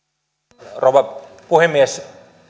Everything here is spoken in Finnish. arvoisa rouva puhemies